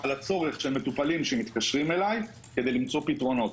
על הצורך של מטופלים שמתקשרים אלי כדי למצוא פתרונות.